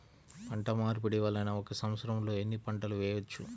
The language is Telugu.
పంటమార్పిడి వలన ఒక్క సంవత్సరంలో ఎన్ని పంటలు వేయవచ్చు?